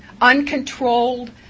uncontrolled